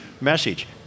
message